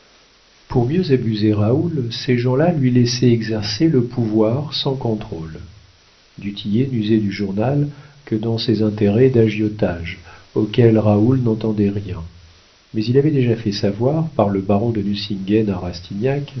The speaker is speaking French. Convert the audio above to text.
pour mieux abuser raoul ces gens-là lui laissaient exercer le pouvoir sans contrôle du tillet n'usait du journal que dans ses intérêts d'agiotage auxquels raoul n'entendait rien mais il avait déjà fait savoir par le baron de